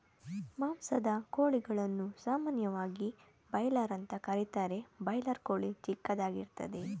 ಮಾಂಸದ ಕೋಳಿಗಳನ್ನು ಸಾಮಾನ್ಯವಾಗಿ ಬಾಯ್ಲರ್ ಅಂತ ಕರೀತಾರೆ ಬಾಯ್ಲರ್ ಕೋಳಿ ಚಿಕ್ಕದಾಗಿರ್ತದೆ